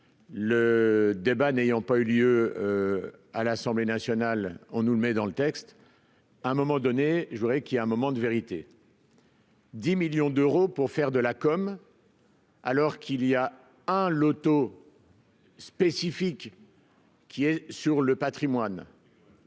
le débat n'ayant pas eu lieu à l'Assemblée nationale, on nous le met dans le texte, à un moment donné, je voudrais qu'il y a un moment de vérité. 10 millions d'euros pour faire de la com. Alors qu'il y a un loto. Spécifiques. Qui est sur le Patrimoine.